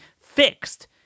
fixed